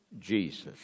Jesus